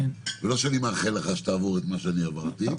ולא שאני מאחל לך שתעבור את מה שאני עברתי,